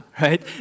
right